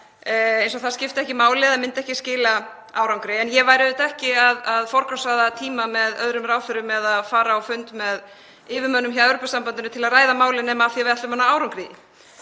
eins og það skipti ekki máli eða myndi ekki skila árangri. En ég væri ekki að forgangsraða tíma með öðrum ráðherrum eða að fara á fund með yfirmönnum hjá Evrópusambandinu til að ræða málið nema af því að við ætlum að ná árangri.